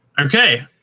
Okay